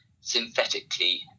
synthetically